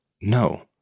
no